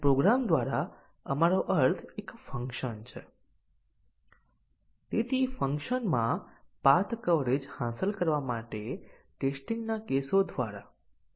સરળ અથવા basic condition ની ટેસ્ટીંગ માં આપણે કહ્યું હતું કે દરેક બેઝીક કન્ડીશન અથવા કોમ્પોનન્ટ કન્ડીશનો સાચી અને ખોટી કિંમતો લેવી જ જોઇએ